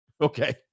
Okay